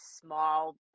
small